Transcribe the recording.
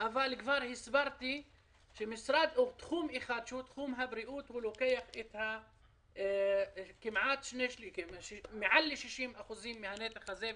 אבל תחום הבריאות לוקח מעל ל-60% מהנתח הזה.